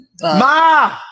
Ma